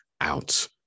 out